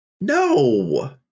No